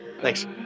Thanks